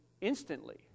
instantly